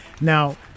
Now